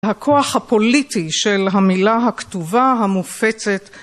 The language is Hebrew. הכוח הפוליטי של המילה הכתובה המופצת